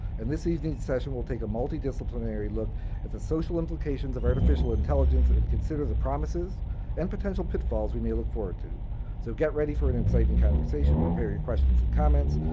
and this evening's session, we'll take a multi-disciplinary look at the social implications of artificial intelligence and consider the promises and potential pitfalls we may look forward to. so get ready for an exciting conversation, prepare your questions and comments.